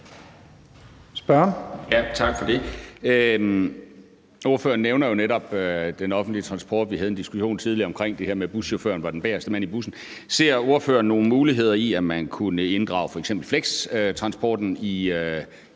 Hansen (KF): Tak for det. Ordføreren nævner jo netop den offentlige transport. Vi havde en diskussion tidligere omkring det her med, at buschaufføren var den bagerste mand i bussen. Ser ordføreren nogen muligheder i, at man kunne inddrage f.eks. flextransporten i